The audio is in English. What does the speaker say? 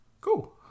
Cool